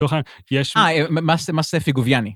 תוכן, יש... אה, מס פיגוביאני